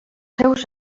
seus